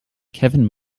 kevin